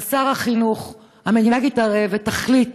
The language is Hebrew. שר החינוך, שהמדינה תתערב ותחליט